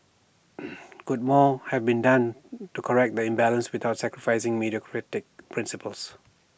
could more have been done to correct the imbalance without sacrificing meritocratic principles